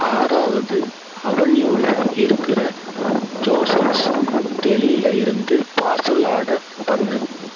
ஆறாவது அவென்யூவில் இருக்கிற ஜோசன்ஸ் டெலியில் இருந்து பார்சல் ஆர்டர் பண்ணு